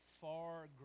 far